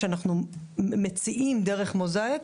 שאנחנו מציעים דרך Mosaic,